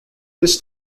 this